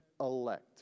elect